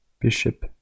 Bishop